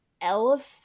elephant